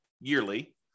yearly